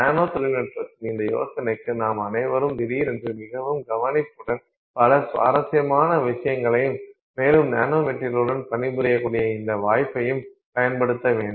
நானோ தொழில்நுட்பத்தின் இந்த யோசனைக்கு நாம் அனைவரும் திடீரென்று மிகவும் கவனிப்புடன் பல சுவாரஸ்யமான விஷயங்களையும் மேலும் நானோ மெட்டீரியல்களுடன் பணிபுரியக்கூடிய இந்த வாய்ப்பையும் பயன்படுத்த வேண்டும்